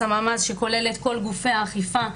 סממ"ז שכולל את כל גופי האכיפה,